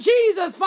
Jesus